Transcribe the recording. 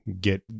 get